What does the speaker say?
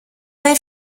bei